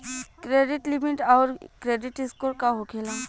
Credit limit आउर credit score का होखेला?